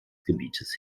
gebietes